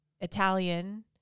Italian